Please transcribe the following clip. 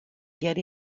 get